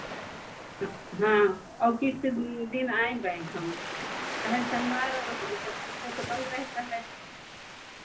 हाँ हाँ और किस दिन आयें बैंक हम काहे कि शनिवार और रविवार को तो बंद रहता है